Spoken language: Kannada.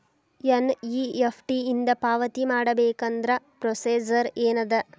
ಎನ್.ಇ.ಎಫ್.ಟಿ ಇಂದ ಪಾವತಿ ಮಾಡಬೇಕಂದ್ರ ಪ್ರೊಸೇಜರ್ ಏನದ